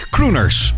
Crooners